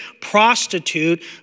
prostitute